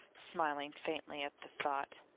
smiling faintly at the thought.